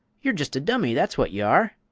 ye'r just a dummy, that's wot ye are!